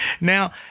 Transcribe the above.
Now